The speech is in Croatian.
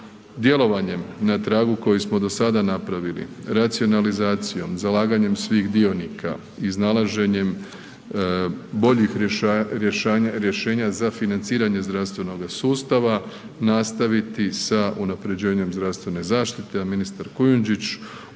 djelovanjem na tragu koji smo do sada napravili racionalizacijom, zalaganjem svih dionika, iznalaženjem boljih rješenja za financiranje zdravstvenoga sustava nastaviti sa unapređenjem zdravstvene zaštite, a ministar Kunjundžić